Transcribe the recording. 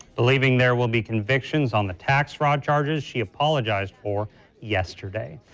believing there will be convictions on the tax fraud charges she apologized for yesterday.